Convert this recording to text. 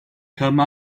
come